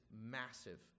massive